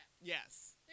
Yes